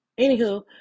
Anywho